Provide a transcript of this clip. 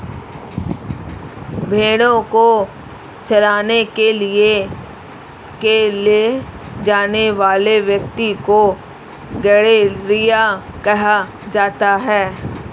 भेंड़ों को चराने के लिए ले जाने वाले व्यक्ति को गड़ेरिया कहा जाता है